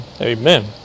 Amen